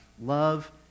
love